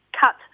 Cut